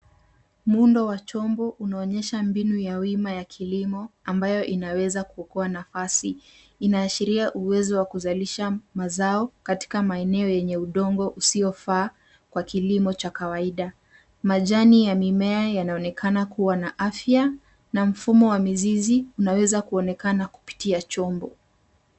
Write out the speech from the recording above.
Muundo wa chombo unaonyesha mbinu ya wima ya kilimo ambayo inaweza kuokoa nafasi. Inaashiria uwezo wa kuzalisha mazao, katika maeneo yenye udongo usiofaa kwa kilimo cha kawaida. Majani ya mimea yanaonekana kuwa na afya, na mfumo wa mizizi inaweza kuonekana kupitia chombo.